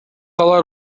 алар